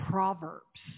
Proverbs